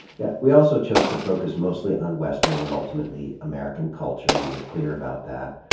yeah we also chose to focus mostly on western and ultimately american culture. we were clear about that.